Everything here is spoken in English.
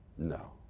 no